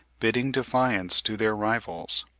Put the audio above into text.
bidding defiance to their rivals.